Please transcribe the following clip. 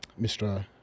mr